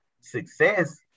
success